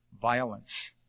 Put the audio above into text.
Violence